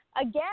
again